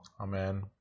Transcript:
Amen